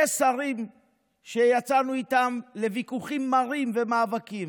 יש שרים שיצאנו איתם לוויכוחים מרים ומאבקים,